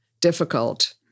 difficult